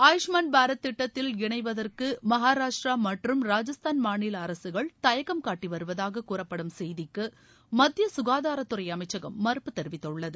ஆயுஷ்மான் பாரத் திட்டத்தில் இணைவதற்கு மகாராஷ்டிர மற்றும் ராஜஸ்தான் மாநில அரசுகள் தயக்கம் காட்டி வருவதாக கூறப்படும் செய்திக்கு மத்திய சுகாதாரத்துறை அமைச்சகம் மறுப்பு தெரிவித்துள்ளது